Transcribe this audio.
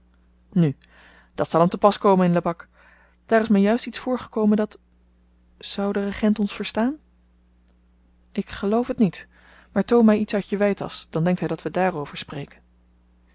nu dat zal hem te pas komen in lebak daar is me juist iets voorgekomen dat zou de regent ons verstaan ik geloof t niet maar toon my iets uit je weitasch dan denkt hy dat we dààrover spreken